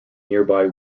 nearby